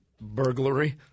Burglary